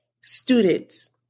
students